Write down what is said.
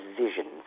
visions